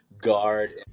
guard